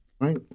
Right